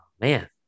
man